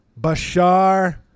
Bashar